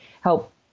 help